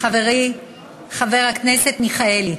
חברי חבר הכנסת מיכאלי,